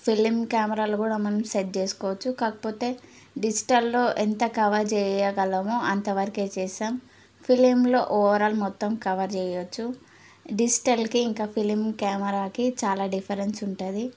film కెమెరాలో కూడా మనం సెట్ చేసుకోవచ్చు కాకపోతే డిజిటల్లో ఎంత కవర్ చేయగలము అంతవరకే చేస్తాం ఫిలింలో ఓవర్ ఆల్ మొత్తం కవర్ చేయవచ్చు డిజిటల్కి ఇంకా ఫిలిం కెమెరాకి చాలా డిఫరెన్స్ ఉంటుంది